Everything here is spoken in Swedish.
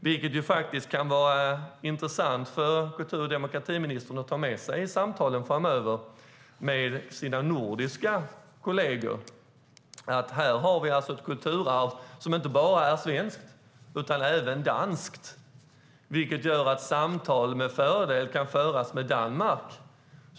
Detta kan vara intressant för kultur och demokratiministern att ta med sig i samtalen med sina nordiska kolleger framöver. Vi har här ett kulturarv som inte bara är svenskt utan även danskt, vilket gör att samtal med fördel kan föras med Danmark.